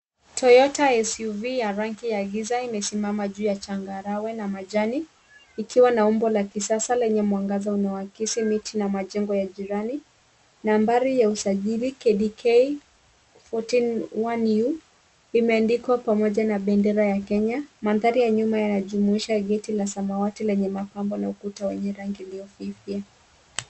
Toyota SUV ya rangi ya giza imesimama juu ya changarawe na majani ikiwa na umbo la kisasa lenye mwangaza unaoakisi miti na majengo ya jirani. Nambari ya usajili KDK 141U imeandikwa pamoja na bendera ya Kenya. Mandhari ya nyuma yanajumuisha geti la samawati lenye mapambo na ukuta wenye rangi iliyofifia.